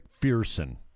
McPherson